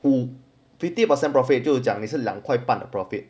五 fifty percent profit 就是讲是两块半的 profit